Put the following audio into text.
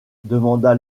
demanda